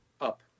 Up